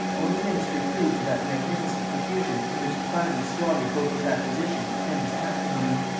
only ministered food to that magnificent profusion in which he finally squandered both his acquisitions and his patrimony.